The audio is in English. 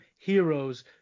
Heroes